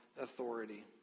authority